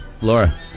Laura